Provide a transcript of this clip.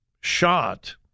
shot